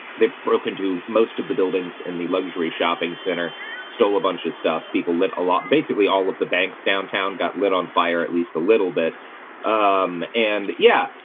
they broke into most of the buildings in the luxury shopping center stole a bunch of stuff people lit a lot. basically all of the banks downtown got lit on fire at least a little bit um, and yeah,